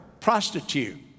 prostitute